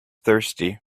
thirsty